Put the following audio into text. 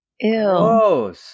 Ew